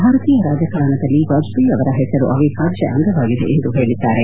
ಭಾರತೀಯ ರಾಜಕಾರಣದಲ್ಲಿ ವಾಜಪೇಯಿಅವರ ಹೆಸರು ಅವಿಭಾಜ್ಯ ಅಂಗವಾಗಿದೆ ಎಂದು ಹೇಳಿದ್ದಾರೆ